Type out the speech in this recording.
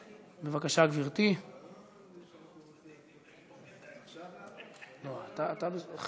אנחנו עוברים לסעיף הבא שעל סדר-היום: סכנת